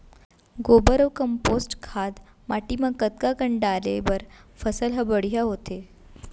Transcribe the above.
गोबर अऊ कम्पोस्ट खाद माटी म कतका कन डाले बर फसल ह बढ़िया होथे?